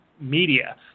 media